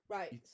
Right